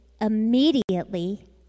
immediately